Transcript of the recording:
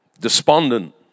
Despondent